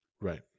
right